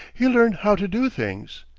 he learned how to do things.